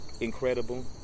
incredible